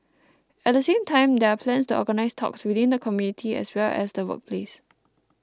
at the same time there are plans to organise talks within the community as well as the workplace